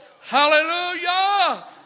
Hallelujah